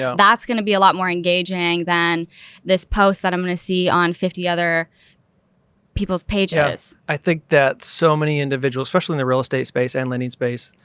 ah that's going to be a lot more engaging than this post that i'm going to see on fifty other peoples pages. i think that so many individuals, especially in the real estate space and lending space,